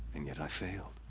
and yet i failed.